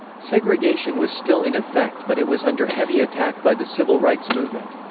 segregation was still in effect but it was under heavy attack by the civil rights movement.